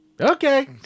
Okay